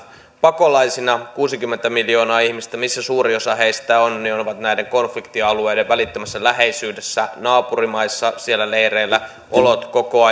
pakolaisina kuusikymmentä miljoonaa ihmistä missä suurin osa heistä on niin näiden konfliktialueiden välittömässä läheisyydessä naapurimaissa siellä leireillä ja olot koko